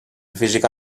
física